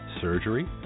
surgery